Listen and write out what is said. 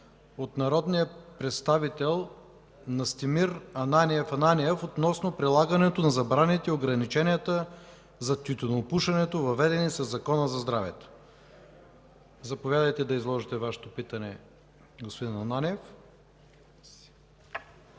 от народния представител Настимир Ананиев относно прилагането на забраните, ограниченията за тютюнопушенето, въведени със Закона за здравето. Заповядайте да изложите Вашето питане, господин Ананиев. НАСТИМИР